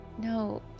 No